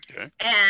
Okay